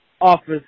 office